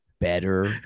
better